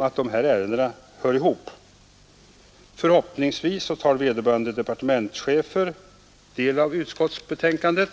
att dessa ärenden hör ihop. Förhoppningsvis tar vederbörande departementschefer del av utskottsbetänkandet.